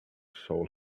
soul